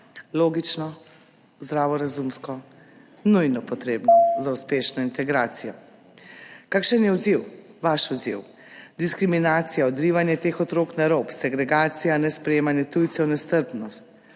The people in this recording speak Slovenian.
Logično, zdravorazumsko, nujno potrebno za uspešno integracijo. Kakšen je odziv, vaš odziv? Diskriminacija, odrivanje teh otrok na rob, segregacija, nesprejemanje tujcev, nestrpnost,